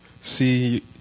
see